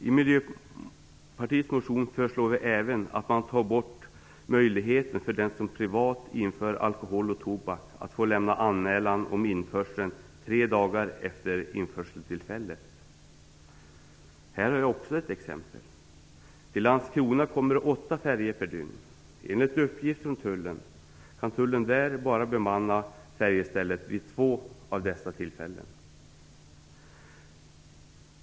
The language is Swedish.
I Miljöpartiets motion föreslår vi även att man tar bort möjligheten för den som privat inför alkohol och tobak att få lämna anmälan om införseln tre dagar efter införseltillfället. Här är ytterligare ett exempel. Till Landskrona kommer det åtta färjor per dygn. Enligt uppgift från tullen kan man där bara ha bemanning vid två av dessa tillfällen.